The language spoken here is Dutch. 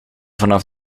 vanaf